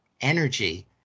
energy